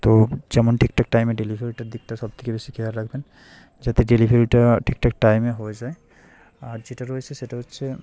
তো যেমন ঠিকঠাক টাইমে ডেলিভারিটার দিকটা সবথেকে বেশি খেয়াল রাখবেন যাতে ডেলিভারিটা ঠিকঠাক টাইমে হয়ে যায় আর যেটা রয়েছে সেটা হচ্ছে